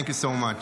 Thank you so much.